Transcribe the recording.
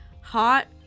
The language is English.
hot